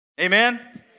Amen